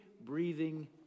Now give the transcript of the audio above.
breathing